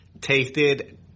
Tasted